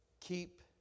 Keep